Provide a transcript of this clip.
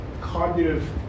cognitive